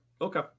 Okay